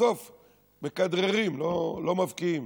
בסוף מכדררים, לא מבקיעים.